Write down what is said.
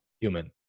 human